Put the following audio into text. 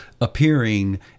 appearing